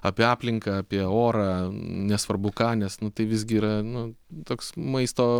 apie aplinką apie orą nesvarbu ką nes tai visgi yra nu toks maisto